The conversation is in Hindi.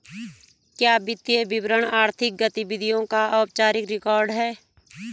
क्या वित्तीय विवरण आर्थिक गतिविधियों का औपचारिक रिकॉर्ड है?